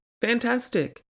Fantastic